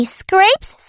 scrapes